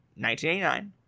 1989